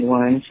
one